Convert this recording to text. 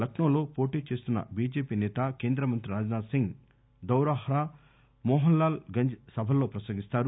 లక్పో లో పోటీ చేస్తున్న చీజేపీ సేత కేంద్ర మంత్రి రాజ్ నాథ్ సింగ్ దౌరాప్రో మోహన్ లాల్ గంజ్ సభల్లో ప్రసంగిస్తారు